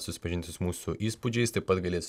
susipažinti su mūsų įspūdžiais taip pat galės